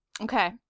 Okay